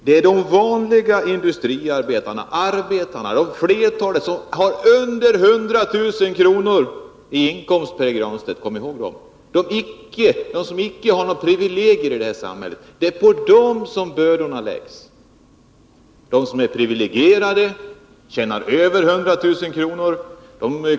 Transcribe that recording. Det är de vanliga industriarbetarna, som har under 100 000 kr. i årsinkomst, Pär Granstedt. Kom ihåg dem! Dessa industriarbetare har icke några privilegier här i samhället, men det är på dem som bördorna läggs. De som är privilegierade och tjänar över 100 000 kr.